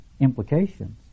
implications